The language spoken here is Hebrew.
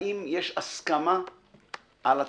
האם יש הסכמה על התקציב?